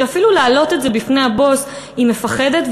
שאפילו להעלות את זה בפני הבוס היא מפחדת,